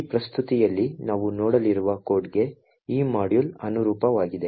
ಈ ಪ್ರಸ್ತುತಿಯಲ್ಲಿ ನಾವು ನೋಡಲಿರುವ ಕೋಡ್ಗೆ ಈ ಮಾಡ್ಯೂಲ್ ಅನುರೂಪವಾಗಿದೆ